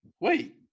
Wait